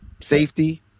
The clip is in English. safety